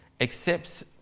accepts